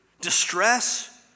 Distress